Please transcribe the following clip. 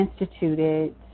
instituted